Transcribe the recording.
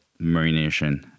marination